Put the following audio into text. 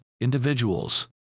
individuals